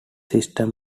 systems